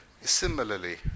Similarly